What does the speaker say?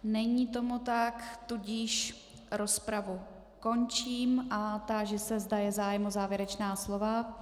Není tomu tak, tudíž rozpravu končím a táži se, zda je zájem o závěrečná slova.